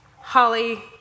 Holly